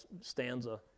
stanza